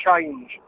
change